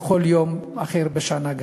וגם בכל יום אחר בשנה.